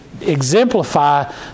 exemplify